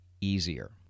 easier